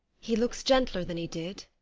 he looks gentler than he did.